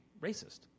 racist